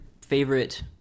favorite